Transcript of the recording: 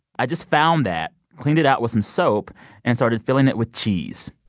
i just found that, cleaned it out with some soap and started filling it with cheese.